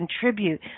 contribute